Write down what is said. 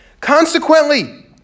Consequently